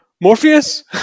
Morpheus